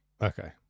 Okay